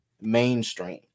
mainstream